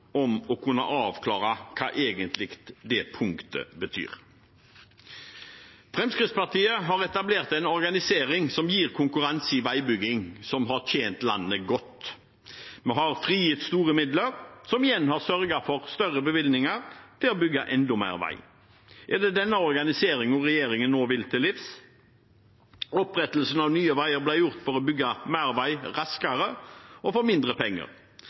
om å kunne avklare hva det punktet egentlig betyr. Fremskrittspartiet har etablert en organisering som gir konkurranse i veibygging, som har tjent landet godt; vi har frigitt store midler, som igjen har sørget for større bevilgninger til å bygge enda mer vei. Er det denne organiseringen regjeringen nå vil til livs? Opprettelsen av Nye Veier ble gjort for å bygge mer vei raskere, og for mindre penger.